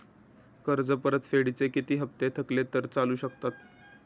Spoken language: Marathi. कर्ज परतफेडीचे किती हप्ते थकले तर चालू शकतात?